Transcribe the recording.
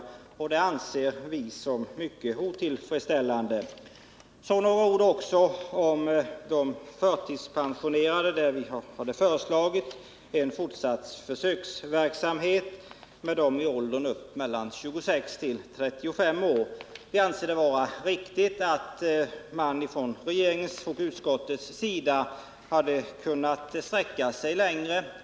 Det anser vi vara mycket otillfredsställande. Så också några ord om de förtidspensionerade, där vi hade föreslagit en fortsatt försöksverksamhet med åldersgruppen 26-35 år. Vi anser att det hade varit riktigt om man från regeringens och utskottets sida hade kunnat sträcka sig längre.